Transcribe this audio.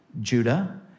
Judah